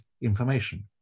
information